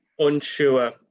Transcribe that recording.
Unsure